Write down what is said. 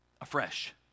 afresh